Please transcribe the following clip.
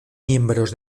miembros